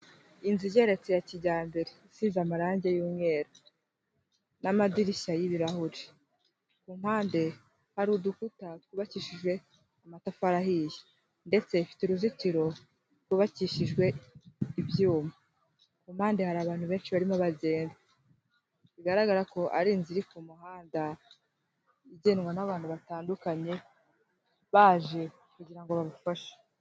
Inzu igeretse ya kijyambere isize amarangi y'umweru n'amadirishya y'ibirahure. Ku mpande hari udukuta twubakishije amatafari ahiye ndetse ifite uruzitiro rwubakishijwe ibyuma. Ku mpande hari abantu benshi barimo begenda, bigaragara ko ari inzu iri ku muhanda igendwa n'abantu batandukanye baje kugira ngo babafashe.